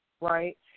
right